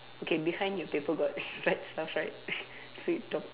okay behind your paper got write stuff right free top~